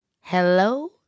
Hello